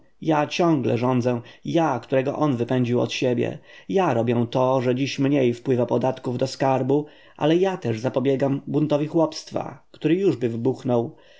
ja ciągle rządzę ja którego on wypędził od siebie ja robię to że dziś mniej wpływa podatków do skarbu ale ja też zapobiegam buntowi chłopstwa który jużby wybuchnął